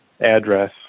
address